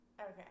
Okay